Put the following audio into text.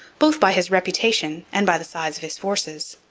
both by his reputation and by the size of his forces.